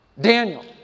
Daniel